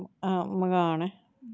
मकान